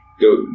go